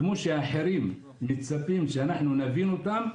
וכמו שאחרים מצפים שאנחנו נבין אותם,